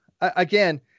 again